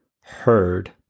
heard